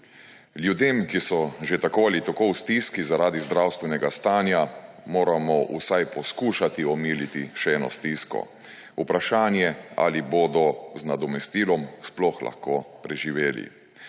Ljudem, ki so že tako ali tako v stiski zaradi zdravstvenega stanja, moramo vsaj poskušati omiliti še eno stisko. Vprašanje, ali bodo z nadomestilom sploh lahko preživeli.